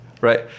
right